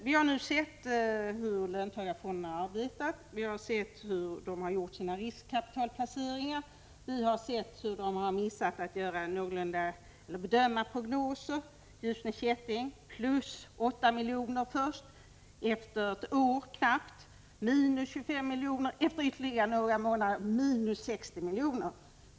Vi har nu sett hur löntagarfonderna arbetar, hur de har gjort sina riskkapitalplaceringar och hur de har missat prognoser: Ljusne Kätting först plus 8 miljoner, efter knappt ett år minus 25 miljoner och efter ytterligare några månader minus 60 miljoner.